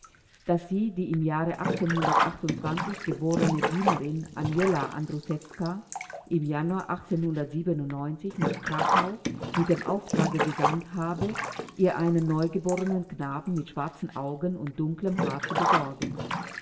daß sie die im jahre geborene dienerin aniela andruszewska im januar nach krakau mit dem auftrage gesandt habe ihr einen neugeborenen knaben mit schwarzen augen und dunklem haar zu besorgen